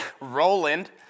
Roland